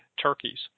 turkeys